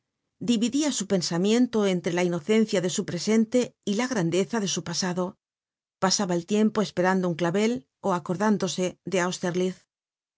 dividia su pensamiento entre la inocencia de su presente y la grandeza de su pasado pasaba el tiempo esperando un clavel ó acordándose de